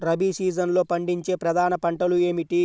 రబీ సీజన్లో పండించే ప్రధాన పంటలు ఏమిటీ?